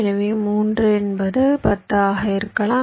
எனவே 3 என்பது 10 ஆக இருக்கலாம்